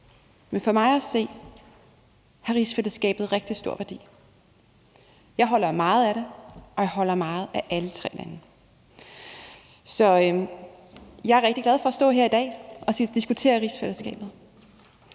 det. For mig at se har rigsfællesskabet rigtig stor værdi. Jeg holder meget af det, og jeg holder meget af alle tre lande. Så jeg er rigtig glad for at stå her i dag og diskutere rigsfællesskabet.